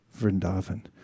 Vrindavan